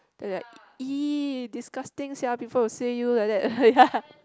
then like !ee! disgusting sia people will say you like that ya